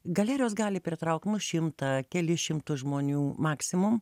galerijos gali pritraukt nu šimtą kelis šimtus žmonių maksimum